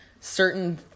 Certain